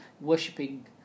worshipping